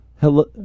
Hello